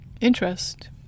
interest